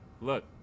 look